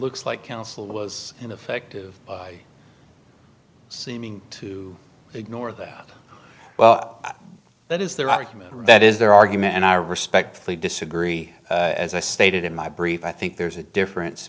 looks like counsel was ineffective seeming to ignore that well that is their argument that is their argument and i respectfully disagree as i stated in my brief i think there's a difference